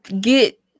get